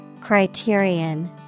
Criterion